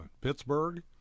Pittsburgh